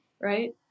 right